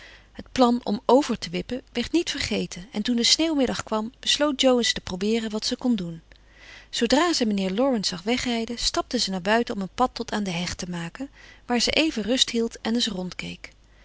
het plan om over te wippen werd niet vergeten en toen de sneeuwmiddag kwam besloot jo eens te probeeren wat ze kon doen zoodra ze mijnheer laurence zag wegrijden stapte ze naar buiten om een pad tot aan de heg te maken waar ze even rust hield en eens